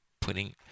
putting